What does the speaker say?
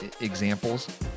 examples